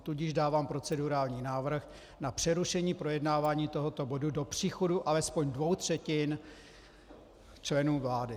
Tudíž dávám procedurální návrh na přerušení projednávání tohoto bodu do příchodu alespoň dvou třetin členů vlády.